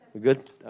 Good